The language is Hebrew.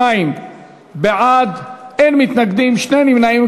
72 בעד, אין מתנגדים, שני נמנעים.